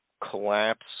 collapse